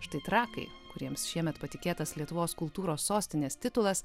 štai trakai kuriems šiemet patikėtas lietuvos kultūros sostinės titulas